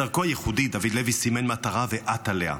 בדרכו הייחודית דוד לוי סימן מטרה ועט עליה.